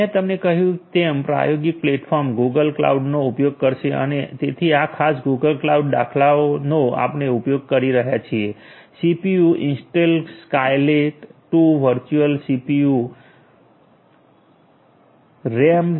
મેં તમને કહ્યું તેમ પ્રાયોગિક પ્લેટફોર્મ ગૂગલ ક્લાઉડનો ઉપયોગ કરશે અને તેથી આ ખાસ ગૂગલ ક્લાઉડ દાખલાનો આપણે ઉપયોગ કરી રહ્યા છે CPU Intel Skylake 2 virtual CPU CPU - Intel Skylake - 2 Virtual CPUs RAM 7